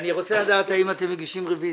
אני רוצה לדעת אם אתם מגישים רביזיה.